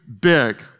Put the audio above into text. big